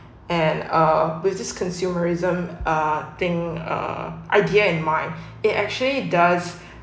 and uh which is consumerism uh thing uh idea in mind it actually does